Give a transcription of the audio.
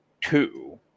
two